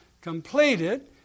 completed